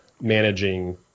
managing